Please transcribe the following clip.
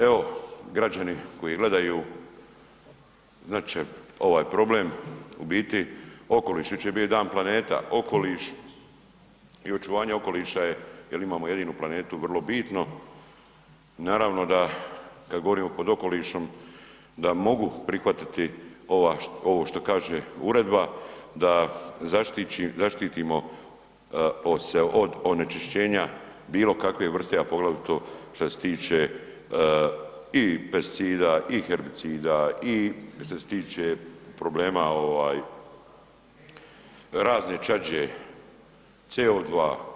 Evo građani koji gledaju znat će ovaj problem, u biti okoliš, jučer je bio i Dan planeta, okoliš i očuvanje okoliša je jer imamo jedinu planetu vrlo bitno i naravno da kad govorimo pod okolišom, da mogu prihvatiti ovo što kaže uredba, da zaštitimo se od onečišćenja bilokakve vrste a poglavito što se tiče i pesticida i herbicida i što se tiče problema razne čađe, CO2.